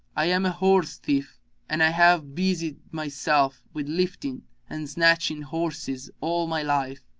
i am a horse thief and i have busied myself with lifting and snatching horses all my life,